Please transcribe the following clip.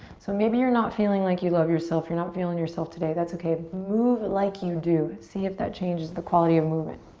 so maybe you're not feeling like you love yourself. you're not feeling yourself today. that's okay. move like you do. see if that changes the quality of movement.